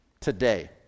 today